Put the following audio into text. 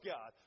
God